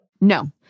No